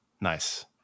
nice